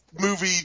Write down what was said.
movie